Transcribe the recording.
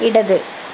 ഇടത്